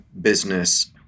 business